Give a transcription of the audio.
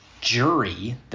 jury